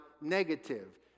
negative